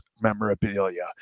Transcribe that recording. memorabilia